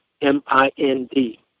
M-I-N-D